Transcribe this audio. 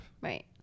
Right